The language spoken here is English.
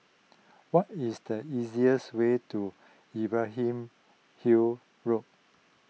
what is the easier way to Imbiah him Hill Road